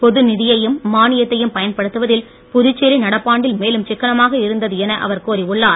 பொது நிதியையும் மானியத்தையும் பயன்படுத்துவதில் புதுச்சேரி நடப்பாண்டில் மேலும் சிக்கனமாக இருந்தது என அவர் கூறியுள்ளார்